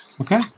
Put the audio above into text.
Okay